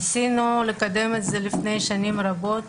ניסינו לקדם את זה לפני שנים רבות